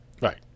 Right